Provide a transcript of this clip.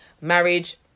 marriage